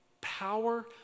power